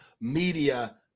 Media